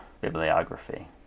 bibliography